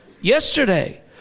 yesterday